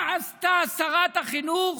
מה עשתה שרת החינוך